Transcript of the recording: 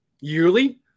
yearly